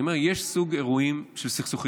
אני אומר שיש סוג של אירועים וסכסוכים,